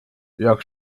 jörg